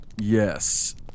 Yes